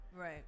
right